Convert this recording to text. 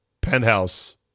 Penthouse